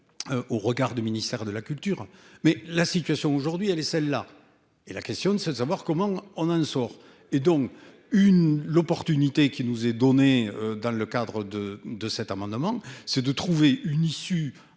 Au regard du ministère de la culture. Mais la situation aujourd'hui, elle est celle-là. Et la question de, c'est de savoir comment on en sort et donc une l'opportunité qui nous est donnée dans le cadre de de cet amendement, c'est de trouver une issue